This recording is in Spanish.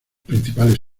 principales